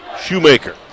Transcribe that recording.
Shoemaker